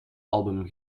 album